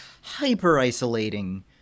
hyper-isolating